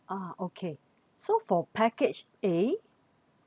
ah okay so for package a